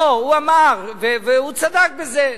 לא, הוא אמר, והוא צדק בזה.